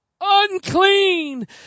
unclean